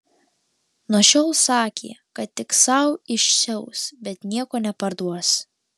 nuo šiol sakė kad tik sau išsiaus bet nieko neparduos